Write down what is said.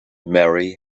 mary